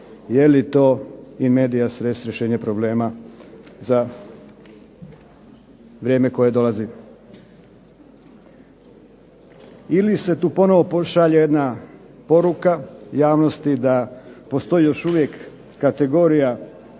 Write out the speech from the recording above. je li to in medias res rješenje problema za vrijeme koje dolazi? Ili se tu ponovno šalje jedna poruka javnosti da postoji još uvijek kategorija,